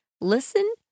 listen